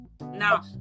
Now